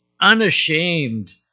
unashamed